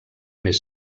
més